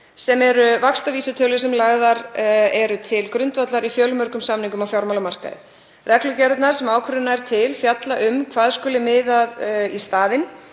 sem eru vaxtavísitölur sem lagðar eru til grundvallar í fjölmörgum samningum á fjármálamarkaði. Reglugerðirnar sem ákvörðunin nær til fjalla um hvað skuli miða við í staðinn